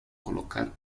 colocar